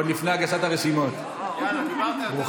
ואותם אלה שמניפים את דגל פלסטין ומנסים